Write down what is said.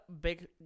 big